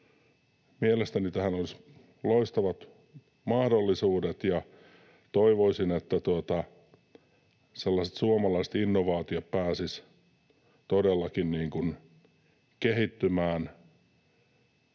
Mielestäni tähän olisi loistavat mahdollisuudet, ja toivoisin, että sellaiset suomalaiset innovaatiot pääsisivät todellakin kehittymään.